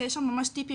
שיש שם ממש טיפים,